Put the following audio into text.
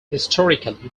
historically